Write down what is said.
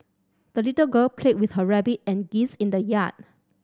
the little girl played with her rabbit and geese in the yard